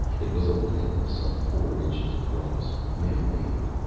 it was a lens, some four inches across man-made,